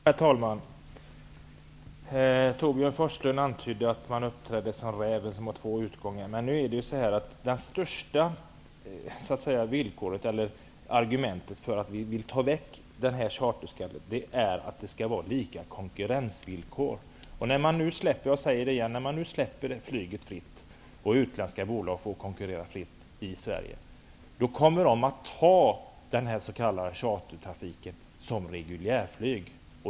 Herr talman! Bo Forslund antydde att jag uppträdde som räven med två utgångar. Men det största argumentet för att ta bort den här charterskatten är att konkurrensvillkoren skall vara lika. När nu konkurrensen för flyget släpps fri och utländska bolag får konkurrera fritt i Sverige kommer dessa bolag att ta över den här s.k. chartertrafiken såsom regulärflyg.